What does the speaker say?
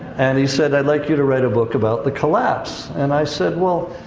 and he said, i'd like you to write a book about the collapse. and i said, well,